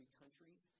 countries